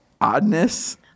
oddness